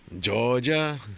Georgia